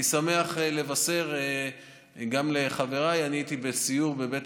אני שמח לבשר לחבריי שהייתי בסיור בבית